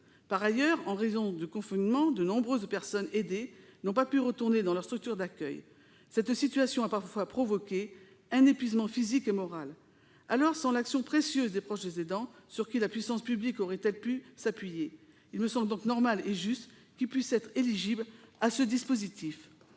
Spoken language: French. En outre, en raison du confinement, de nombreuses personnes aidées n'ont pas pu retourner dans leur structure d'accueil. Cette situation a parfois provoqué un épuisement physique et moral. Sans l'action précieuse des proches aidants, sur qui la puissance publique aurait-elle pu s'appuyer ? Il me semble donc normal et juste qu'ils puissent être éligibles à ce dispositif.